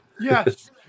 Yes